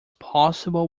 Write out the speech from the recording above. possible